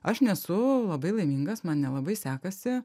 aš nesu labai laimingas man nelabai sekasi